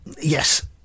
Yes